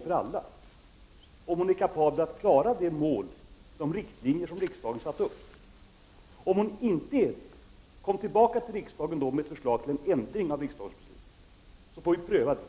för om hon är kapabel att klara de mål och riktlinjer som riksdagen har satt upp. Om hon inte är det, måste hon komma tillbaka till riksdagen med ett förslag till ändring av beslutet, så att vi får pröva det.